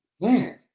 Man